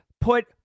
put